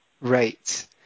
Right